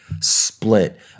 split